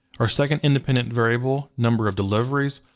our second independent variable, number of deliveries,